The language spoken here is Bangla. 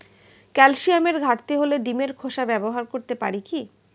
ক্যালসিয়ামের ঘাটতি হলে ডিমের খোসা ব্যবহার করতে পারি কি?